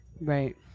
Right